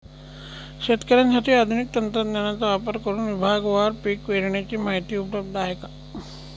शेतकऱ्यांसाठी आधुनिक तंत्रज्ञानाचा वापर करुन विभागवार पीक पेरणीची माहिती उपलब्ध आहे का?